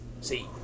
see